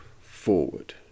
forward